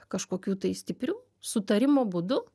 kažkokių tai stiprių sutarimo būdu